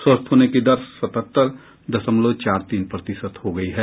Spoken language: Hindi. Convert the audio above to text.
स्वस्थ होने की दर सतहत्तर दशमलव चार तीन प्रतिशत हो गयी है